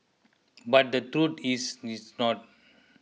but the truth is it's not